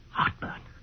Heartburn